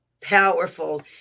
powerful